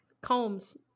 Combs